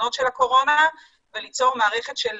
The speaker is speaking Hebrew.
מהתובנות של הקורונה וליצור מערכת של